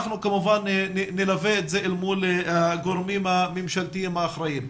אנחנו כמובן נלווה את זה אל מול הגורמים הממשלתיים האחראיים.